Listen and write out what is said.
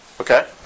Okay